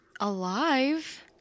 alive